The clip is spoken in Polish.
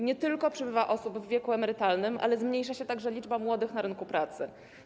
Nie tylko przybywa osób w wieku emerytalnym, ale również zmniejsza się liczba młodych na rynku pracy.